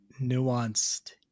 nuanced